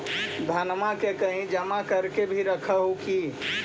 धनमा के कहिं जमा कर के भी रख हू की?